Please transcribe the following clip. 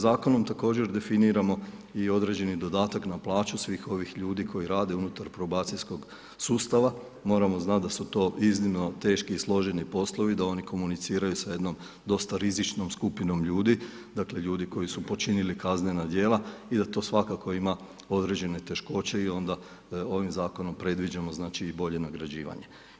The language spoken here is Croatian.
Zakonom također definiramo i određeni dodatak na plaću svih ovih ljudi koji rade unutar probacijskog sustava, moramo znati da su to iznimno teški i složeni poslovi da oni komuniciraju sa jednom dosta rizičnom skupinom ljudi, dakle ljudi koji su počinili kaznena djela i da to svakako ima određene teškoće i onda ovim zakonom predviđamo znači i bolje nagrađivanje.